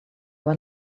were